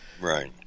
Right